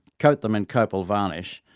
coat them in copal varnish,